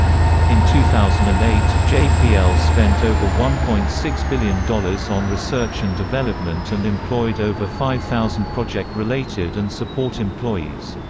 in two thousand and eight, jpl spent over one point six billion dollars on research and development and employed over five thousand project-related and support employees.